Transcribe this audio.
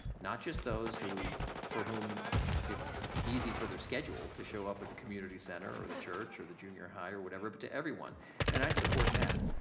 not just those for whom it's easy for their schedule to show up at the community center or the church or the junior high or whatever but to everyone and i support that.